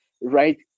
right